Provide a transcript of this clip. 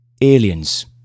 Aliens